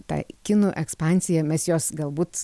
tą kinų ekspansija mes jos galbūt